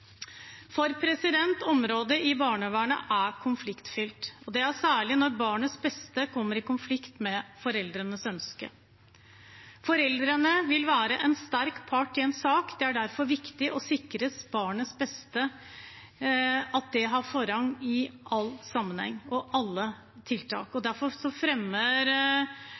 i barnevernet. Området barnevern er konfliktfylt. Det er særlig når barnets beste kommer i konflikt med foreldrenes ønsker. Foreldrene vil være en sterk part i en sak, og derfor er det viktig å sikre at barnets beste har forrang i alle sammenhenger og alle tiltak. Derfor fremmer